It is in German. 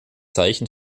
zeichen